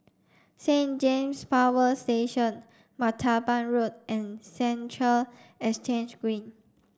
Saint James Power Station Martaban Road and Central Exchange Green